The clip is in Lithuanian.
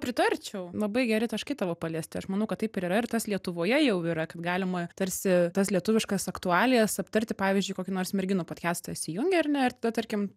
pritarčiau labai geri taškai tavo paliesti aš manau kad taip ir yra ir tas lietuvoje jau yra kad galima tarsi tas lietuviškas aktualijas aptarti pavyzdžiui kokį nors merginų podkestą įsijungi ar ne ir tada tarkim